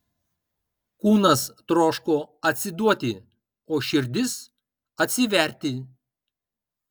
kūnas troško atsiduoti o širdis atsiverti